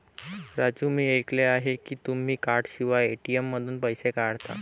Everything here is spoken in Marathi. राजू मी ऐकले आहे की तुम्ही कार्डशिवाय ए.टी.एम मधून पैसे काढता